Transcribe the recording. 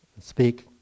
Speak